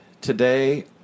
Today